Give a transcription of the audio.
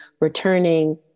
returning